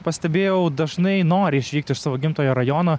pastebėjau dažnai nori išvykt iš savo gimtojo rajono